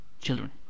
children